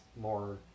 more